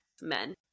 men